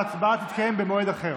ההצבעה תתקיים במועד אחר.